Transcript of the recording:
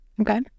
Okay